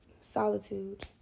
solitude